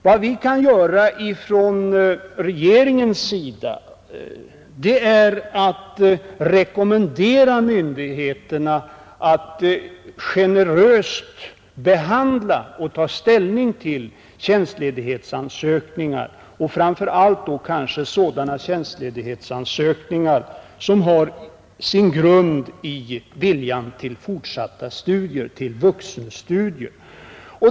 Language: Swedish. Vad vi kan göra från regeringen är att rekommendera myndigheterna att generöst behandla framför allt tjänstledighetsansökningar som har sin grund i viljan till fortsatta studier, till vuxenstudier.